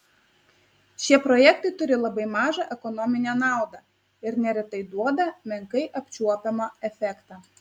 šie projektai turi labai mažą ekonominę naudą ir neretai duoda menkai apčiuopiamą efektą